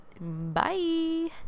bye